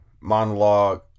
monologue